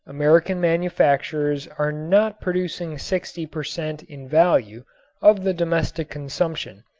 american manufacturers are not producing sixty per cent. in value of the domestic consumption,